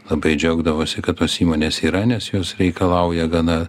labai džiaugdavosi kad tos įmonės yra nes jos reikalauja gana